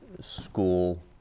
school